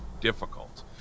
difficult